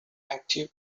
active